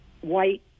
white